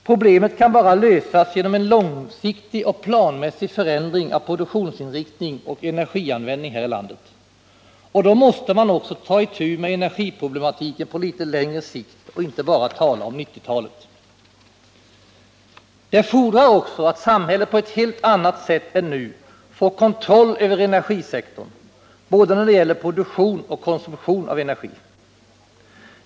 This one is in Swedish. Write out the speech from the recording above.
Problemet kan bara lösas genom en långsiktig och planmässig förändring av produktionsinriktning och energianvändning här i landet. Och då måste man också ta itu med energiproblematiken på litet längre sikt och inte bara tala om 1990-talet. Det fordrar också att samhället på ett helt annat sätt än nu får kontroll över energisektorn när det gäller både produktion och konsumtion av energi.